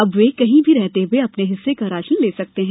अब वे कहीं भी रहते हुए अपने हिस्से का राशन ले सकते हैं